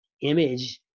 image